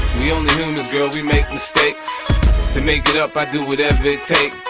we only humans, girl we make mistakes to make it up i do whatever it take